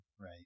Right